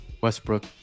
Westbrook